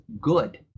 good